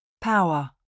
Power